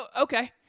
Okay